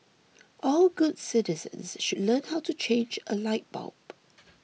all good citizens should learn how to change a light bulb